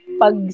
pag